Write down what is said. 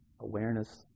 awareness